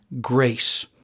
grace